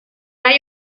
hay